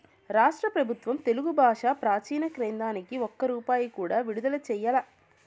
రాష్ట్ర పెబుత్వం తెలుగు బాషా ప్రాచీన కేంద్రానికి ఒక్క రూపాయి కూడా విడుదల చెయ్యలా